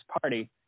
party